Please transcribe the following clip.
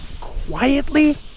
Quietly